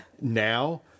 now